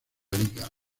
liga